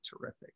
terrific